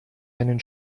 einen